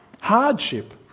Hardship